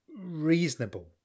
reasonable